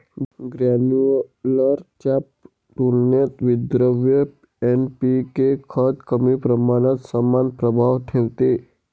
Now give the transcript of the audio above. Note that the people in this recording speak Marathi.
ग्रेन्युलर च्या तुलनेत विद्रव्य एन.पी.के खत कमी प्रमाणात समान प्रभाव ठेवते